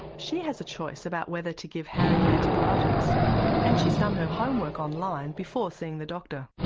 she has a choice about whether to give harry antibiotics and she's done her homework online before seeing the doctor.